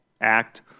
Act